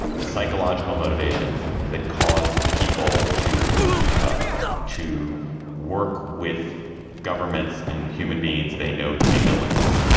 the psychological motivations that cause people to ah to work with governments and human beings they know to be villainous.